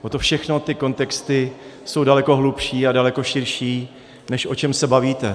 Toto všechno, ty kontexty jsou daleko hlubší a daleko širší, než o čem se bavíte.